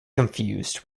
confused